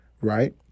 right